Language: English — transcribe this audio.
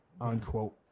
unquote